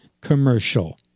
commercial